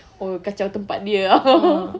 oh kacau tempat dia lah